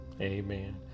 Amen